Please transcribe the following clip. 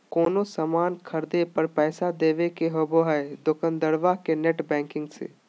कोनो सामान खर्दे पर पैसा देबे के होबो हइ दोकंदारबा के नेट बैंकिंग से